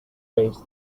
raids